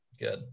good